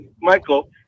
Michael